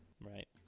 Right